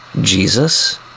Jesus